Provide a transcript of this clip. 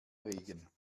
regen